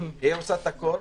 היא עושה את הכול